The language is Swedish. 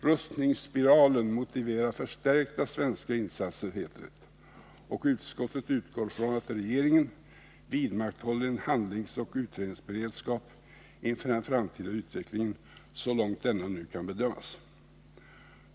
Rustningsspiralen motiverar förstärkta svenska insatser, heter det, och utskottet utgår från att regeringen vidmakthåller en handlingsoch utredningsberedskap inför den framtida utvecklingen så långt denna kan bedömas.